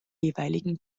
jeweiligen